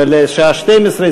לשעה 12:00,